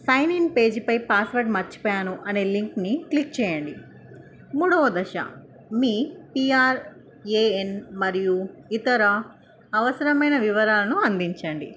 sign in page పై password మర్చిపోయాను అనే లింక్ని క్లిక్ చేయండి మూడోవ దశ మీ పిఆర్ఏఎన్ మరియు ఇతర అవసరమైన వివరాలను అందించండి